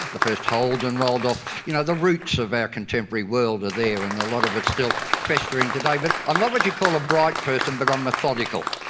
the first holden rolled off, you know, the roots of our contemporary world are there and a lot of it is still festering today. but i'm not what you'd call a bright person but i'm methodical,